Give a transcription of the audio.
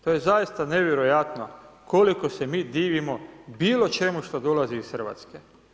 To je zaista nevjerojatno koliko se mi divimo bilo čemu što dolazi iz Hrvatske.